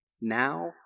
Now